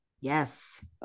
yes